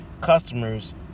customers